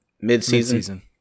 Mid-season